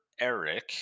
Eric